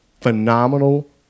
phenomenal